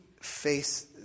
face